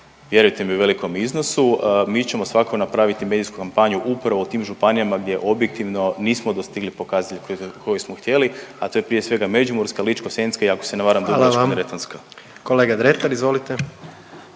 vjerujte mi, u velikom iznosu, mi ćemo svakako napraviti medijsku kampanju upravo u tim županijama gdje objektivno nismo dostigli pokazatelje koje smo htjeli, a to je prije svega, Međimurska, Ličko-senjska, i ako se ne varam, Dubrovačko-neretvanska. **Jandroković, Gordan